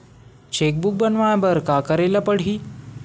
Cheque book बनवाय बर का करे ल पड़हि?